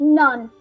none